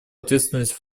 ответственность